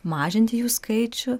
mažinti jų skaičių